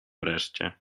wreszcie